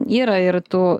yra ir tų